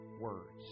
words